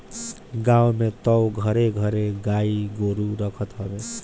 गांव में तअ घरे घरे गाई गोरु रखत हवे